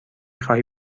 خواهی